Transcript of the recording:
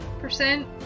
percent